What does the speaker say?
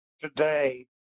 today